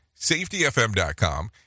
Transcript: safetyfm.com